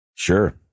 Sure